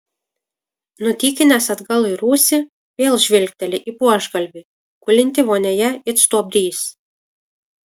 nutykinęs atgal į rūsį vėl žvilgteli į buožgalvį gulintį vonioje it stuobrys